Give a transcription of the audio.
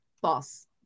False